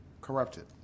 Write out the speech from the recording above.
corrupted